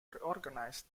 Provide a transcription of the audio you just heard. reorganized